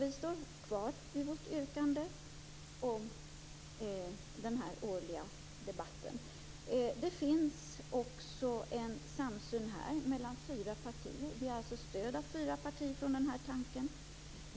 Vi står kvar vid vårt yrkande om den årliga debatten. Det finns en samsyn mellan fyra partier. Det finns alltså stöd hos fyra partier för den tanken.